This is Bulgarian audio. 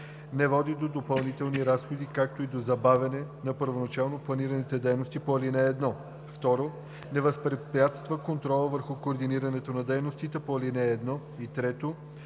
не води до допълнителни разходи, както и до забавяне, за първоначално планираните дейности по ал. 1; 2. не възпрепятства контрола върху координирането на дейностите по ал. 1, и 3.